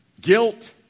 Guilt